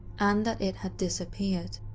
and that it had disappeared.